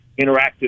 interactive